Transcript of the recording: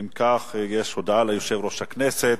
אם כך, יש הודעה ליושב-ראש הכנסת,